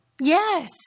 Yes